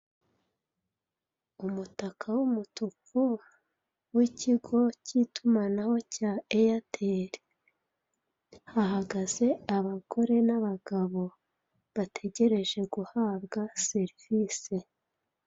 Umutaka w'umutuku, w'ikigo cy'itumanaho cya eyateli. Hahagaze abagore n'abagabo, bategereje guhabwa serivise.